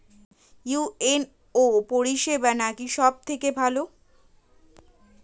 UNO পরিসেবা নাকি সব থেকে ভালো?